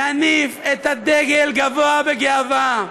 נניף את הדגל גבוה בגאווה,